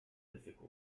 difficulties